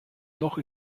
noch